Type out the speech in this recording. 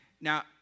now